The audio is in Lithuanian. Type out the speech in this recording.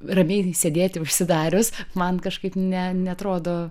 ramiai sėdėti užsidarius man kažkaip ne neatrodo